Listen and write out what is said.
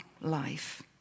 life